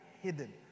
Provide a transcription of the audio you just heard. hidden